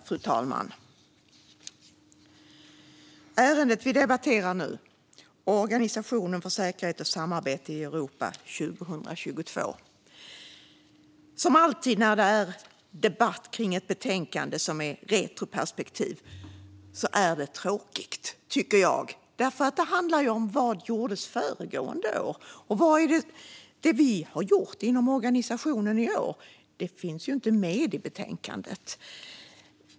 Fru talman! Det betänkande vi nu debatterar heter Organisationen för säkerhet och samarbete i Europa under 2022 . Det är alltid tråkigt att debattera om ett betänkande med retroperspektiv, tycker jag. Det handlar ju om vad som gjordes föregående år. Det som vi har gjort inom organisationen i år finns inte med i betänkandet.